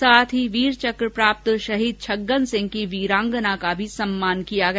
साथ ही यीर चक प्राप्त शहीद छगन सिंह की वीरांगना का भी सम्मान किया गया